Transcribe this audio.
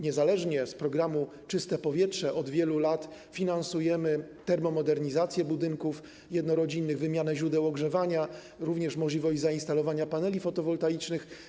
Niezależnie z programu ˝Czyste powietrze˝ od wielu lat finansujemy termomodernizację budynków jednorodzinnych, wymianę źródeł ogrzewania, również możliwość zainstalowania paneli fotowoltaicznych.